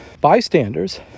bystanders